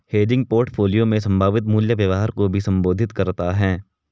hedging portfolio में संभावित मूल्य व्यवहार को भी संबोधित करता हैं